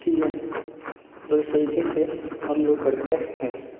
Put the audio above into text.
ठीक है तो इस तरीक़े से हम लोग करते हैं